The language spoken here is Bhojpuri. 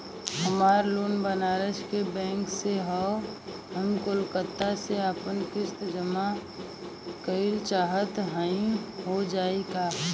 हमार लोन बनारस के बैंक से ह हम कलकत्ता से आपन किस्त जमा कइल चाहत हई हो जाई का?